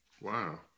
Wow